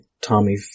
Tommy